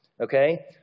Okay